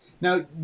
Now